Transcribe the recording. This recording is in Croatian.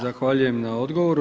Zahvaljujem na odgovoru.